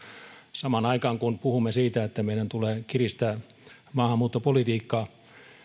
samaan aikaan kun puhumme siitä että meidän tulee kiristää maahanmuuttopolitiikkaa